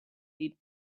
eight